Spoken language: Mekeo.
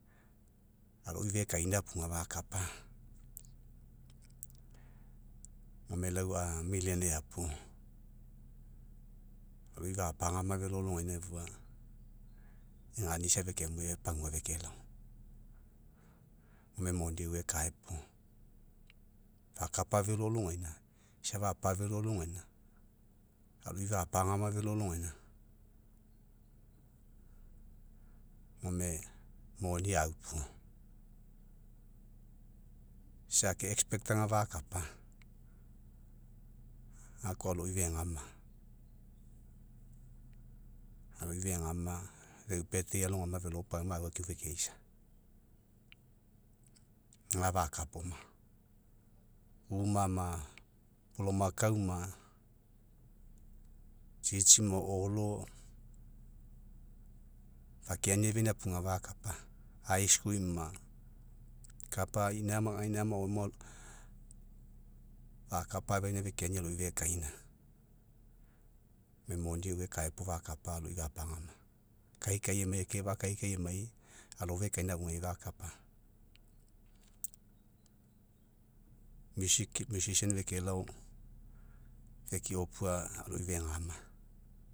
Aloi fekaina apuga fakapa. Gome lau a puo, aloi fapagama velo alogaina efua, egani isa fekemue pogua femai. Gome moni evai ekae puo, fakapa velo alogaina, isa fapa velo alogaina, aloi fapagama velo alogaina. Gome moni au puob, isa ake aga fakapa. Gakao aloi fegama, alo fegama. Eu alogama velo pauma, au akiu fekeisa, gafa kapaoma. Uma ma, polomakau ma, tsitsi ma, o'olo fakeaina apuga fakapa, ma, kapaina ma, gaina maoaimo, faka'afeaina fekeania aloi fekeaina. Gome moni euai kaega gapuo, fakapa aloi fapagama kaikai emai, ekefa'a, kaikai emai, alo fekaino afugai fakapa. felelao fekeopua aloi fegama.